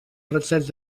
francesc